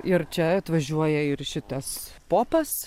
ir čia atvažiuoja ir šitas popas